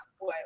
boy